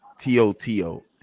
TOTO